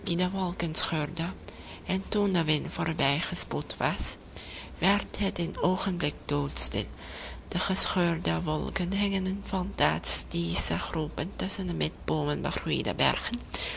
scheurde en toen de wind voorbijgespoed was werd het een oogenblik doodstil de gescheurde wolken hingen in phantastische groepen tusschen de met boomen